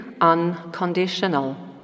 unconditional